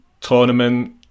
Tournament